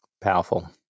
Powerful